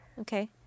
Okay